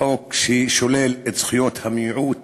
חוק ששולל את זכויות המיעוט